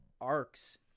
arcs